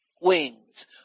wings